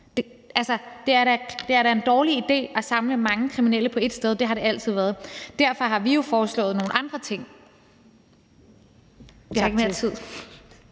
Det er da en dårlig idé at samle mange kriminelle på et sted. Det har det altid været. Derfor har vi jo foreslået nogle andre ting.